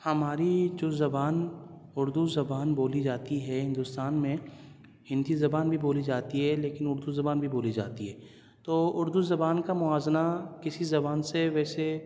ہماری جو زبان اردو زبان بولی جاتی ہے ہندوستان میں ہندی زبان بھی بولی جاتی ہے لیکن اردو زبان بھی بولی جاتی ہے تو اردو زبان کا موازنہ کسی زبان سے ویسے